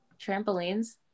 trampolines